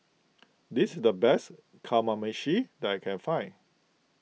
this is the best Kamameshi that I can find